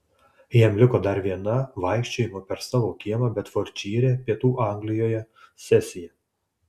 jam liko dar viena vaikščiojimo per savo kiemą bedfordšyre pietų anglijoje sesija